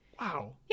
Wow